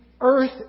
earth